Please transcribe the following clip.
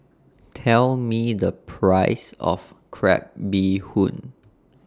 Tell Me The Price of Crab Bee Hoon